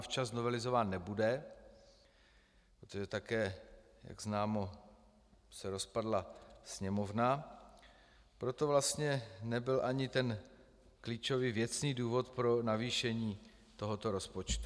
A včas novelizován nebude, protože se, jak známo, rozpadla Sněmovna, proto vlastně nebyl ani ten klíčový věcný důvod pro navýšení tohoto rozpočtu.